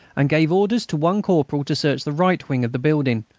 and gave orders to one corporal to search the right wing of the building,